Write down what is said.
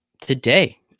Today